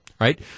Right